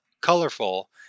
colorful